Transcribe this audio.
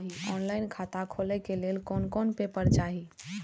Online खाता खोले के लेल कोन कोन पेपर चाही?